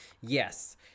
yes